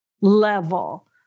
level